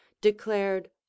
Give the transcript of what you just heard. declared